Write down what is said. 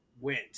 went